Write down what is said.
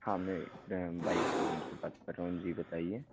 हाँ मैं bike showroom से बात कर रहा हूँ जी बताइए